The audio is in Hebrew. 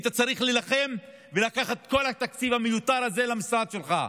היית צריך להילחם ולקחת את כל התקציב המיותר הזה למשרד שלך,